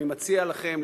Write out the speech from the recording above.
אני מציע לכם,